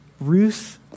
Ruth